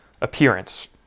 appearance